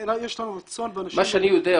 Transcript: מה שאני יודע,